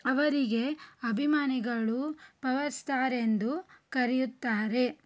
ಅವರಿಗೆ ಅಭಿಮಾನಿಗಳು power star ಎಂದು ಕರೆಯುತ್ತಾರೆ